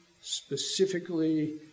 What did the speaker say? specifically